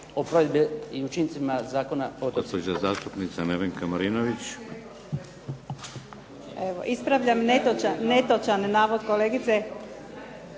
o provedbi i učincima Zakona o otocima.